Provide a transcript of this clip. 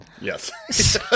Yes